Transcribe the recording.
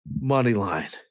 Moneyline